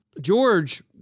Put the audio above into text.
George